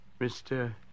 Mr